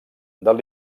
del